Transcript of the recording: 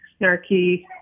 snarky